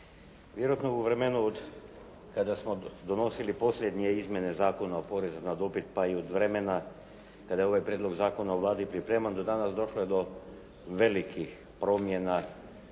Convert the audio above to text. Vjerojatno u vremenu od, kada smo donosili posljednje izmjene Zakona o porezu na dobit pa i od vremena kada je ovaj prijedlog zakona u Vladi pripreman do danas došlo je do velikih promjena